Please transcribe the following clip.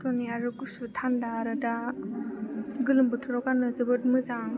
कटननि आरो गुसु थान्दा आरो दा गोलोम बोथोराव गाननो जोबोद मोजां